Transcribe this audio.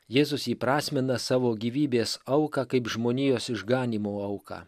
jėzus įprasmina savo gyvybės auką kaip žmonijos išganymo auką